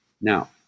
Now